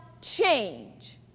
change